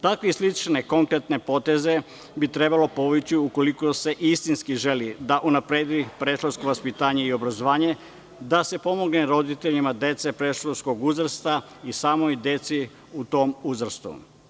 Takve slične konkretne poteze bi trebalo povući ukoliko se istinski želi unaprediti predškolsko vaspitanje i obrazovanje, da se pomogne roditeljima dece predškolskog uzrasta i samoj deci u tom uzrastu.